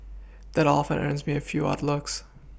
that often earns me a few odd looks